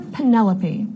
Penelope